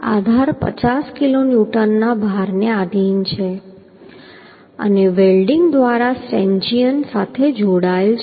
આધાર 50 kilo ન્યૂટનના ભારને આધિન છે અને વેલ્ડીંગ દ્વારા સ્ટેન્ચિયન સાથે જોડાયેલ છે